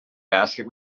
basket